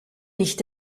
nicht